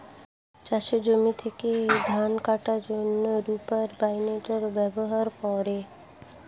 চাষের জমি থেকে ধান কাটার জন্যে রিপার বাইন্ডার ব্যবহার করে